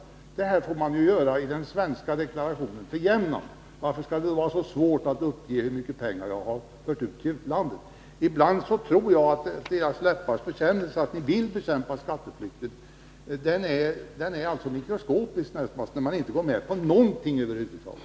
Sådana här uppgifter får man ju lämna i den svenska deklarationen för jämnan. Varför skall det vara så svårt att uppge hur mycket pengar man har fört ut till utlandet? Ibland tror jag att det bara är läpparnas bekännelse när ni säger att ni vill bekämpa skatteflykt. I praktiken är viljan närmast mikroskopisk, när ni inte vill gå med på någonting över huvud taget.